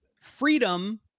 freedom